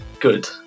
good